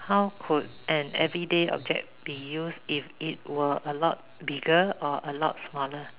how could an everyday object be used if it were a lot bigger or a lot smaller